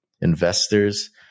investors